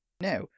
Now